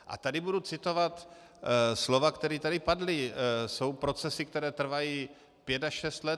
A tady budu citovat slova, která tady padla: Jsou procesy, které trvají pět až šest let.